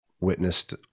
witnessed